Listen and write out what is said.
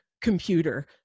computer